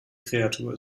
kreatur